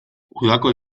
udako